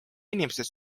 inimesed